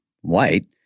white